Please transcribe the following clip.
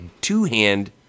Two-hand